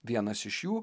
vienas iš jų